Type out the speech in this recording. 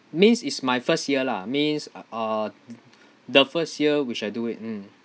means it's my first year lah means uh th~ th~ the first year which I do it mm